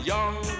Young